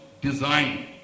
design